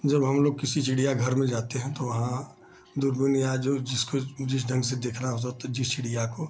जब हमलोग किसी चिड़ियाघर में जाते हैं तो वहाँ जो यहाँ जो जिसको जिस ढंग से देखना हो सब जिस चिड़िया को